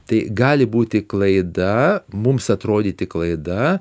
tai gali būti klaida mums atrodyti klaida